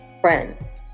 friends